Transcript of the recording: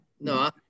no